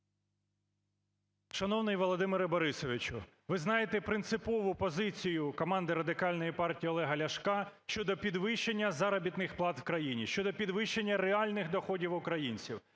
Шановний Володимире Борисовичу! Ви знаєте принципову позицію команди Радикальної партії Олега Ляшка щодо підвищення заробітних плат в країні, щодо підвищення реальних доходів українців.